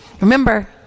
Remember